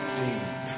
deep